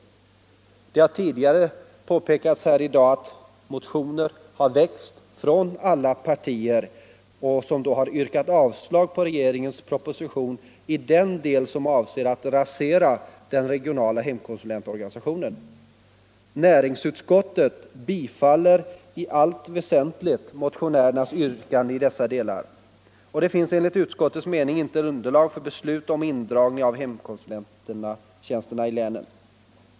Det har tidigare påpekats här i dag att det från alla partier har väckts motioner som yrkat avslag på regeringens proposition i den del som avser att rasera den regionala hemkonsulentorganisationen. Näringsutskottet biträder i allt väsentligt motionärernas yrkande i dessa delar. Det finns enligt utskottets mening inte underlag för beslut om indragning av hemkonsulenttjänsterna i länen.